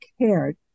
cared